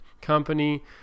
company